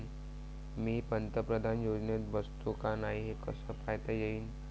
मी पंतप्रधान योजनेत बसतो का नाय, हे कस पायता येईन?